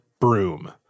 broom